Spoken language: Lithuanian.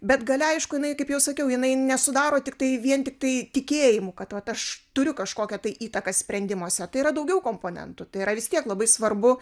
bet galia aišku jinai kaip jau sakiau jinai nesudaro tiktai vien tiktai tikėjimu kad vat aš turiu kažkokią įtaką sprendimuose tai yra daugiau komponentų tai yra vis tiek labai svarbu